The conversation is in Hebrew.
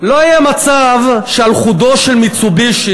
לא יהיה מצב שעל חודה של "מיצובישי"